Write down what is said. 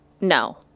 no